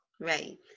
right